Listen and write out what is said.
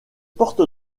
porte